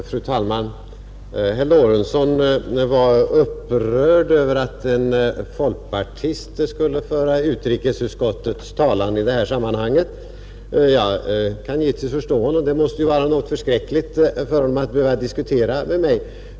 Fru talman! Herr Lorentzon var upprörd över att en folkpartist skulle föra utrikesutskottets talan i dessa sammanhang. Jag kan givetvis förstå honom; det måste vara alldeles förskräckligt för honom att behöva diskutera med mig.